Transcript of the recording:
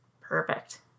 perfect